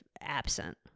absent